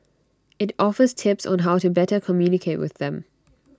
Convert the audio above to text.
IT offers tips on how to better communicate with them